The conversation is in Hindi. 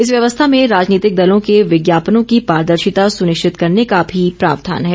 इस व्यवस्था में राजनीतिक दलों के विज्ञापनों की पारदर्शिता सुनिश्चित करने का भी प्रावधान है